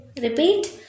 Repeat